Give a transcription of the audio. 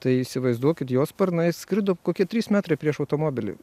tai įsivaizduokit jo sparnais skrido kokie trys metrai prieš automobilį